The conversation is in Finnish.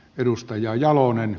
edustaja jalonen